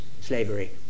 slavery